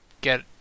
get